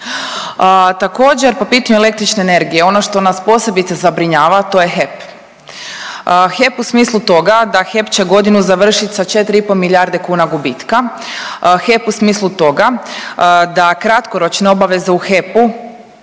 Također po pitanju električne energije ono što nas posebice zabrinjava to je HEP, HEP u smislu toga da HEP će godinu završit sa 4,5 milijarde kuna gubitka, HEP u smislu toga da kratkoročne obaveze u HEP-u